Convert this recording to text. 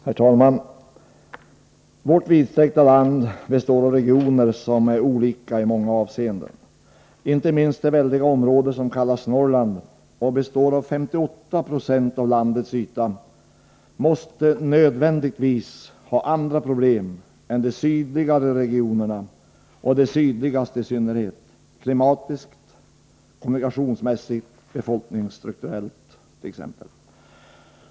Herr talman! Vårt vidsträckta land består av regioner som är olika i många avseenden. Inte minst det väldiga område som kallas Norrland och består av 58 90 av landets yta måste nödvändigtvis ha andra problem än de sydligare regionerna och de sydligaste i synnerhet — klimatologiskt, kommunikationsmässigt, befolkningsstrukturellt t.ex.